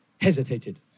hesitated